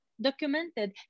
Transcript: documented